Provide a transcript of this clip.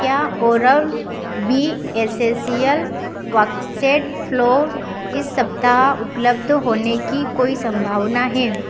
क्या ओरल बी एसेसियल वाक्सेड फ्लॉ इस सप्ताह उपलब्ध होने की कोई संभावना हे